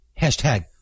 Hashtag